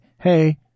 Hey